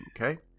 Okay